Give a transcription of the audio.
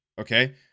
Okay